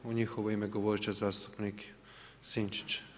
U njihovo ime govoriti će zastupnik Sinčić.